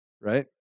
right